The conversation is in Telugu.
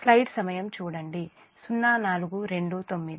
Va Va1 Va2 Va0